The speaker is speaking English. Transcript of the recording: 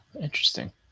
interesting